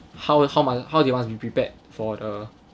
how will how man how do you want to be prepared for the